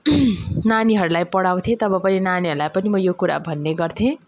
नानीहरूलाई पढाउँथेँ तब पनि नानीहरूलाई पनि म यो कुरा भन्ने गर्थेँ